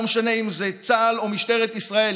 ולא משנה אם זה צה"ל או משטרת ישראל,